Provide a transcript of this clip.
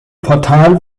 portal